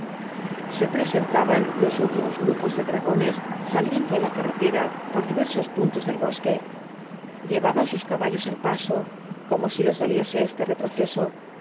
se presentaban los últimos grupos de dragones saliendo á la carretera por diversos puntos del bosque llevaban sus caballos al paso como si les doliese este retroceso